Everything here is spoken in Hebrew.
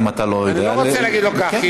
אם אתה לא יודע --- אני לא רוצה להגיד לו כך,